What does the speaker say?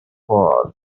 fall